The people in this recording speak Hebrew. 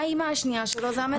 האמא השנייה שלו זו המטפלות שלו.